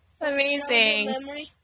Amazing